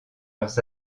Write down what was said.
leurs